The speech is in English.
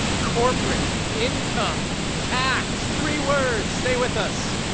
corporate income tax three words stay with us